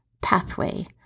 pathway